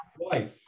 wife